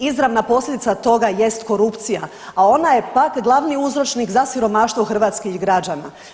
Izravna posljedica toga jest korupcija, a ona je pak glavni uzročnik za siromaštvo hrvatskih građana.